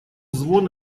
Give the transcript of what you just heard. звон